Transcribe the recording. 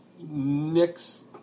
Nick's